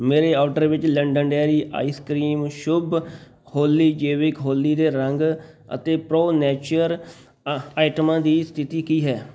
ਮੇਰੇ ਔਡਰ ਵਿੱਚ London dairy ice cream ਸ਼ੁਭ ਹੋਲੀ ਜੈਵਿਕ ਹੋਲੀ ਦੇ ਰੰਗ ਅਤੇ ਪ੍ਰੋ ਨੇਚਰ ਆਹ ਆਈਟਮਾਂ ਦੀ ਸਥਿਤੀ ਕੀ ਹੈ